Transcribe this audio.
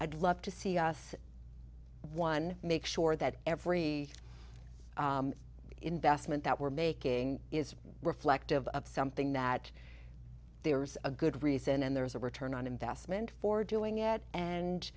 i'd love to see us one make sure that every investment that we're making is reflective of something that there's a good reason and there's a return on investment for doing it and